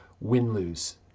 win-lose